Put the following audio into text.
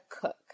cook